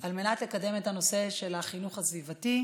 על מנת לקדם את הנושא של החינוך הסביבתי,